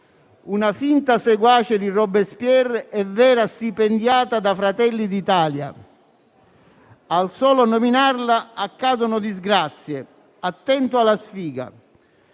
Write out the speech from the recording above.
«Una finta seguace di Robespierre e vera stipendiata da Fratelli d'Italia. Al solo nominarla accadono disgrazie», «Attento alla sfiga»